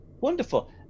wonderful